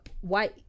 white